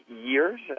years